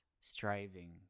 striving